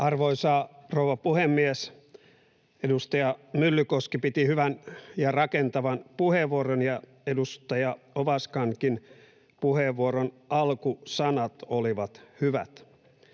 Arvoisa rouva puhemies! Edustaja Myllykoski piti hyvän ja rakentavan puheenvuoron, ja edustaja Ovaskankin puheenvuoron alkusanat olivat hyvät.